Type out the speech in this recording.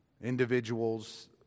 individuals